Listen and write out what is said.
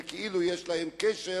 כאילו יש להם קשר